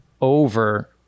over